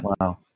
Wow